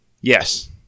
Yes